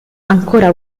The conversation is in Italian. ancora